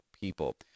people